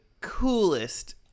coolest